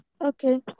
Okay